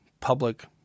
public